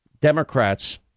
Democrats